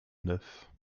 neuf